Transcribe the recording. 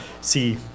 see